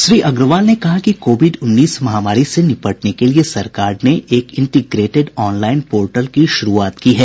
श्री अग्रवाल ने कहा कि कोविड उन्नीस महामारी से निपटने के लिए सरकार ने एक इंटीग्रेटिड ऑनलाइन पोर्टल की शुरूआत की है